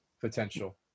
potential